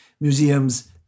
museums